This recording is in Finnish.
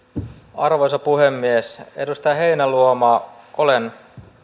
arvoisa puhemies edustaja heinäluoma olen